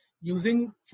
using